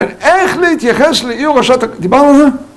איך להתייחס לאי הורשת... דיברנו על לזה?